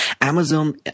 Amazon